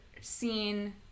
seen